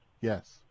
Yes